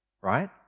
right